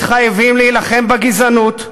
מתחייבים להילחם בגזענות,